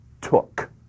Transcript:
took